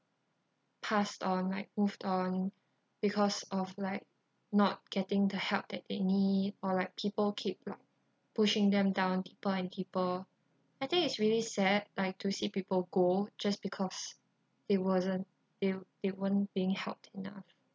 passed on like moved on because of like not getting the help that any or like people keep li~ pushing them down deeper and deeper I think it's really sad like to see people go just because there wasn't they they weren't being helped enough